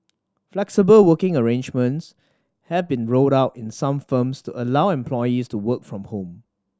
flexible working arrangements have been rolled out in some firms to allow employees to work from home